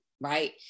right